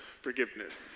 forgiveness